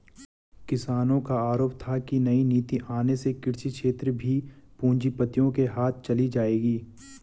किसानो का आरोप था की नई नीति आने से कृषि क्षेत्र भी पूँजीपतियो के हाथ चली जाएगी